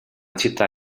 città